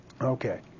Okay